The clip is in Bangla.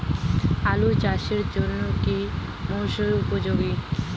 আলু চাষের জন্য কি মরসুম উপযোগী?